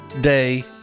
day